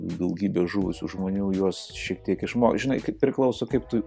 daugybė žuvusių žmonių juos šiek tiek išmo žinai kaip priklauso kaip tu